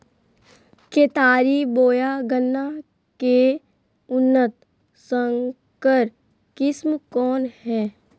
केतारी बोया गन्ना के उन्नत संकर किस्म कौन है?